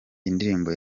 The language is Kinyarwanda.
indirimbo